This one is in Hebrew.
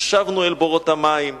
של "שבנו אל בורות המים".